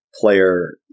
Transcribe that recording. player –